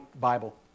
Bible